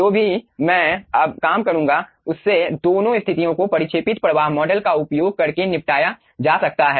जो भी मैं अब काम करूंगा उससे दोनों स्थितियों को परिक्षेपित प्रवाह मॉडल का उपयोग करके निपटाया जा सकता है